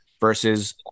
versus